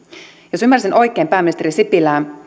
jos ymmärsin oikein pääministeri sipilää